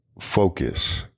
focus